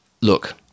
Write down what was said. Look